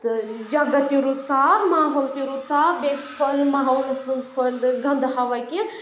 تہٕ جگہ تہِ روٗد صاف ماحول تہِ روٗد صاف بیٚیہِ پھہلنہٕ ماحولَس منٛز پھہلنہٕ گَنٛدٕ ہوا کینٛہہ